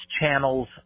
channels